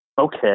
Okay